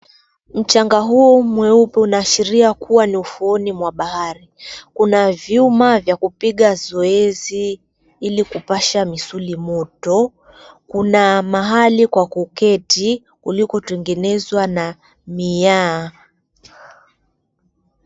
Mchanga huu mweupe unaashiria kuwa ni ufuoni mwa bahari. Kuna vyuma vya kupiga zoezi ili kupasha misuli moto, kuna mahali kwa kuketi kulikotengenezwa na miaa.